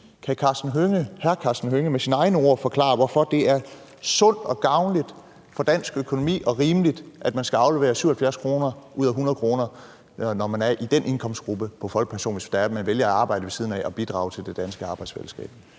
Kan hr. Karsten Hønge med sine egne ord forklare, hvorfor det er sundt og gavnligt for dansk økonomi og rimeligt, at man skal aflevere 77 kr. ud af 100 kr., når man er i den indkomstgruppe på folkepension, hvis det er, at man vælger at arbejde ved siden af og bidrage til det danske arbejdsfællesskab?